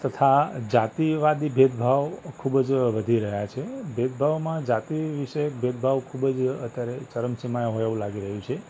તથા જાતિવાદી ભેદભાવ ખૂબ જ વધી રહ્યા છે ભેદભાવમાં જાતિ વિષયક ભેદભાવ ખૂબ જ અત્યારે ચરમસીમાએ હોય એવું લાગી રહ્યું છે